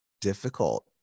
difficult